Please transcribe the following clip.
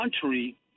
country